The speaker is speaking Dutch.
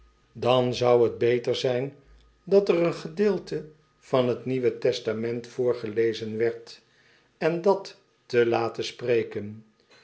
dan zou t beter zijn dat er een gedeelte van t n testament voorgelezen werd en dat te laten spreken